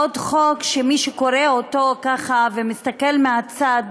עוד חוק שמי שקורא אותו ככה, ומסתכל מהצד,